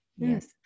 yes